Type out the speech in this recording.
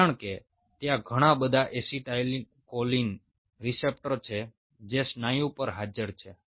કારણ કે ત્યાં ઘણા બધા એસિટાઇલકોલાઇન રીસેપ્ટર છે જે સ્નાયુ પર હાજર છે